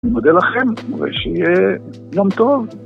‫אני מודה לכם ושיהיה יום טוב.